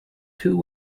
two